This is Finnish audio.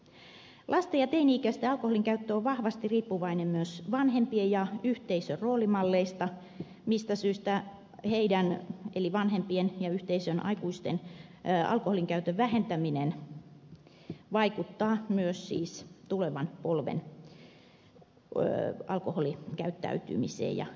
lasten ja teini ikäisten alkoholinkäyttö on vahvasti riippuvainen myös vanhempien ja yhteisön roolimalleista mistä syystä heidän eli vanhempien ja yhteisön aikuisten alkoholinkäytön vähentäminen vaikuttaa myös siis tulevan polven alkoholikäyttäytymiseen ja kulutuksen sääntelyyn